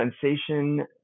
sensation